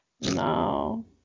No